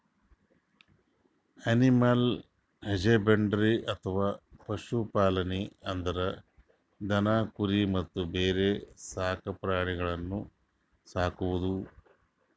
animal husbandry ಅಥವಾ ಪಶು ಪಾಲನೆ ಅಂದ್ರ ದನ ಕುರಿ ಮತ್ತ್ ಬ್ಯಾರೆ ಸಾಕ್ ಪ್ರಾಣಿಗಳನ್ನ್ ಸಾಕದು